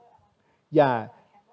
ya